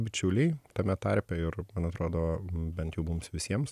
bičiuliai tame tarpe ir man atrodo bent jau mums visiems